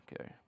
okay